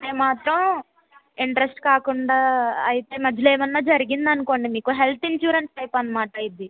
అంటే మాత్రం ఇంట్రెస్ట్ కాకుండా అయితే మధ్యలో ఏమైనా జరిగిందనుకోండి మీకు హెల్త్ ఇన్సూరెన్స్ టైప్ అన్నమాట ఇది